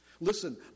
Listen